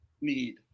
need